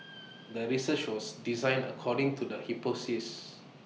the research was designed according to the hypothesis